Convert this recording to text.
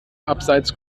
abseits